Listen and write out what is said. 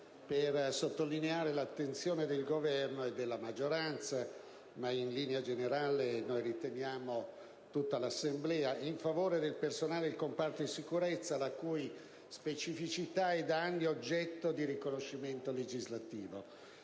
per sottolineare l'attenzione del Governo e della maggioranza, ma in linea generale - noi riteniamo - di tutta l'Assemblea, in favore del personale del comparto sicurezza, la cui specificità è da anni oggetto di riconoscimento legislativo.